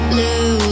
Blue